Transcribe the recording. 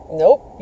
nope